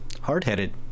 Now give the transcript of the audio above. Hardheaded